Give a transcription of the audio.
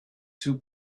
two